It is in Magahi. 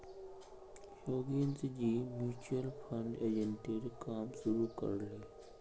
योगेंद्रजी म्यूचुअल फंड एजेंटेर काम शुरू कर ले